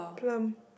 plump